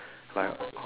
like